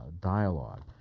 dialogue